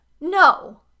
No